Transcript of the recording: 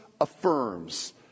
affirms